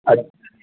अच्छा